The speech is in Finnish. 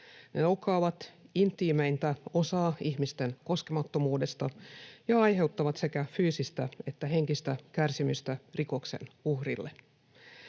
Ne loukkaavat intiimeintä osaa ihmisten koskemattomuudesta ja aiheuttavat sekä fyysistä että henkistä kärsimystä rikoksen uhrille.